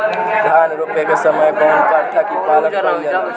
धान रोपे के समय कउन प्रथा की पालन कइल जाला?